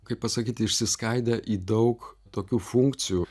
kaip pasakyti išsiskaidę į daug tokių funkcijų